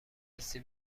حسی